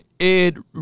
Ed